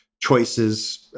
choices